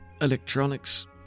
electronics